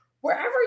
Wherever